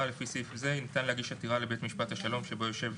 לפי סעיף זה ניתן להגיש עתירה לבית משפט השלום שבו יושב